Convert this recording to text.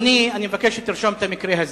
אדוני, אני מבקש שתרשום את המקרה הזה: